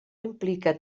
implica